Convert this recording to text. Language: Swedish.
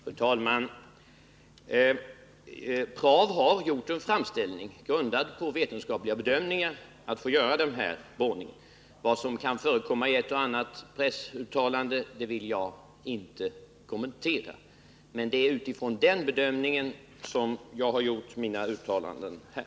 Fru talman! PRAV har gjort en framställning, grundad på vetenskapliga bedömningar, att få göra denna borrning. Vad som kan förekomma i ett och annat pressuttalande vill jag inte kommentera. Men det är utifrån dessa bedömningar som jag har gjort mina uttalanden här.